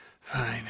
Fine